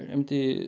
ଏମିତି